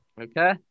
Okay